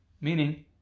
meaning